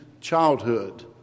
childhood